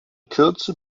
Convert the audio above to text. kürze